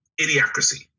idiocracy